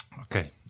Okay